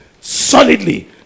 solidly